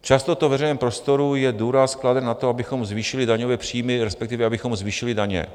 Často ve veřejném prostoru je důraz kladen na to, abychom zvýšili daňové příjmy, respektive abychom zvýšili daně.